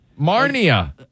Marnia